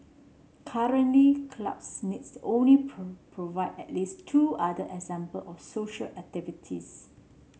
currently clubs needs the only provide at least two other example of social activities